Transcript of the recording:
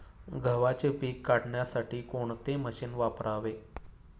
गव्हाचे पीक काढण्यासाठी कोणते मशीन वापरावे?